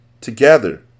Together